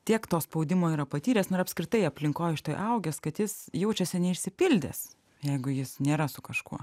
tiek to spaudimo yra patyręs na ir apskritai aplinkoj augęs kad jis jaučiasi neišsipildęs jeigu jis nėra su kažkuo